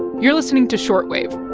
you're listening to short wave